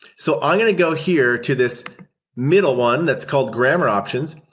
so i'm going to go here to this middle one that's called grammar options.